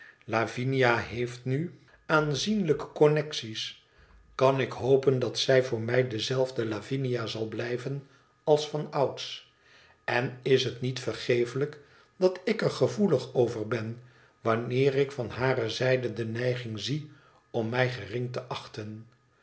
lavinia heeft nu aanzienlijke onzb wedxrzijdschb vriend conecties kan ik hopen dat zij voor mij dezelfde lavinia zal blijven als vanouds i en is het niet vergeeflijk dat ik er gevoelig over ben wanneer ik van hare zijde de neiging zie om mij gering te achten